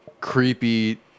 creepy